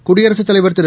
குடியரசுத் தலைவர் திரு